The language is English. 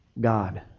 God